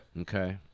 Okay